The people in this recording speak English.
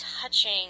touching